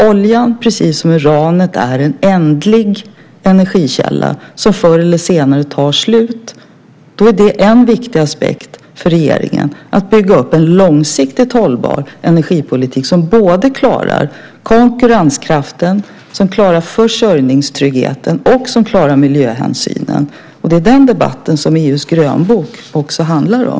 Oljan är precis som uranet en ändlig energikälla som förr eller senare tar slut. Då är det en viktig aspekt för regeringen att bygga upp en långsiktigt hållbar energipolitik som både klarar konkurrenskraften och klarar försörjningstryggheten och miljöhänsynen. Det är den debatten som EU:s grönbok också handlar om.